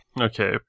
okay